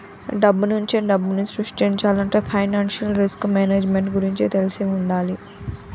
డబ్బునుంచే డబ్బుని సృష్టించాలంటే ఫైనాన్షియల్ రిస్క్ మేనేజ్మెంట్ గురించి తెలిసి వుండాల